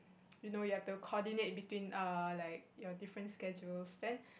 you know you have to coordinate between err like your different schedules then